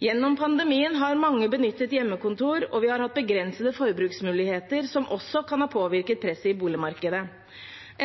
Gjennom pandemien har mange benyttet hjemmekontor, og vi har hatt begrensede forbruksmuligheter, som også kan ha påvirket presset i boligmarkedet.